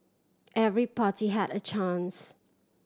every party had a chance